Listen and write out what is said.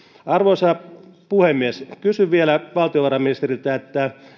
arvoisa puhemies kysyn vielä valtiovarainministeriltä